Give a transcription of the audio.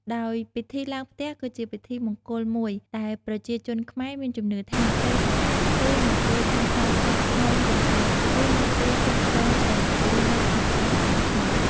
ដោយពិធីឡើងផ្ទះ គឺជាពិធីមង្គលមួយដែលប្រជាជនខ្មែរមានជំនឿថា ត្រូវតែធ្វើនៅពេលសាងសង់ផ្ទះថ្មីរួចរាល់ ឬនៅពេលផ្លាស់ប្ដូរទៅរស់នៅក្នុងគេហដ្ឋានថ្មី។